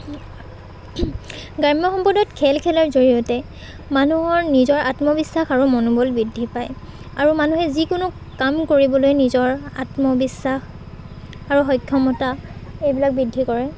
গ্ৰাম্য সম্পদায়ত খেল খেলাৰ জৰিয়তে মানুহৰ নিজৰ আত্মবিশ্বাস আৰু মনোবল বৃদ্ধি পায় আৰু মানুহে যিকোনো কাম কৰিবলৈ নিজৰ আত্মবিশ্বাস আৰু সক্ষমতা এইবিলাক বৃদ্ধি কৰে